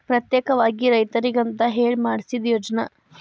ಪ್ರತ್ಯೇಕವಾಗಿ ರೈತರಿಗಂತ ಹೇಳಿ ಮಾಡ್ಸಿದ ಯೋಜ್ನಾ